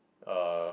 uh